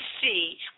see